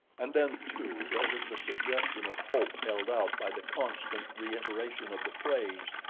and then, too, there was the suggestion of hope held out by the constant reiteration of the phrase,